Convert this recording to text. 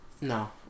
No